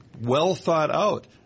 well-thought-out